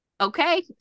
okay